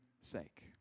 sake